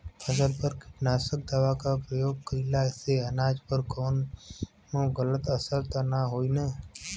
फसल पर कीटनाशक दवा क प्रयोग कइला से अनाज पर कवनो गलत असर त ना होई न?